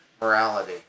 morality